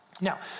Now